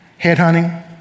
headhunting